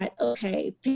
Okay